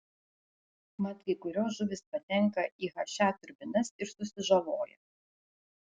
mat kai kurios žuvys patenka į he turbinas ir susižaloja